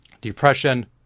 Depression